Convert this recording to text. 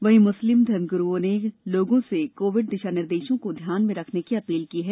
वहीं मुस्लिम धर्मगुरूओं ने लोगों से कोविड दिशा निर्देशों को ध्यान में रखने की अपील की है